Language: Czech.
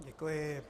Děkuji.